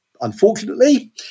unfortunately